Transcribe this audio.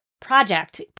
project